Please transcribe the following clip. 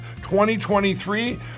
2023